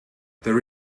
there